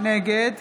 נגד